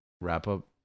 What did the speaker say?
Wrap-up